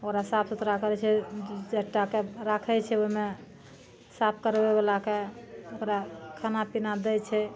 ओकरा साफ सुथरा करै छै चारि टा कए राखै छै ओहिमे साफ करबै बलाके ओकरा खाना पीना दै छै